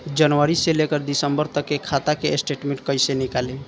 जनवरी से लेकर दिसंबर तक के खाता के स्टेटमेंट कइसे निकलि?